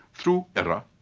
through error,